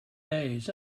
days